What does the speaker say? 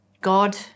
God